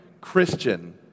Christian